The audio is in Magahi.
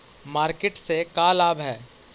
मार्किट से का लाभ है?